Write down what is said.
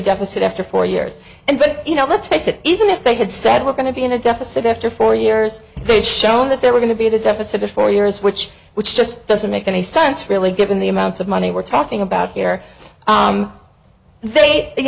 deficit after four years and but you know let's face it even if they had said we're going to be in a deficit after four years they've shown that there were going to be a deficit of four years which which just doesn't make any sense really given the amounts of money we're talking about here they you